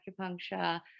acupuncture